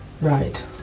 Right